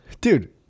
dude